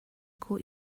caught